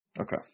Okay